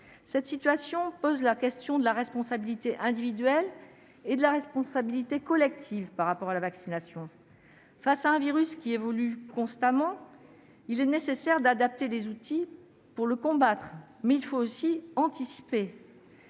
telle situation pose la question de la responsabilité individuelle et de la responsabilité collective en matière de vaccination. Face à un virus qui évolue constamment, il est nécessaire d'adapter les outils pour le combattre, mais il faut aussi anticiper.